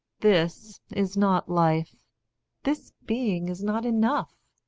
this is not life this being is not enough.